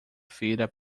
feira